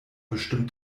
bestimmt